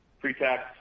pre-tax